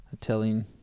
telling